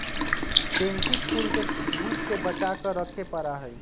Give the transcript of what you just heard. pansy फूल के धूप से बचा कर रखे पड़ा हई